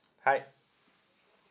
hi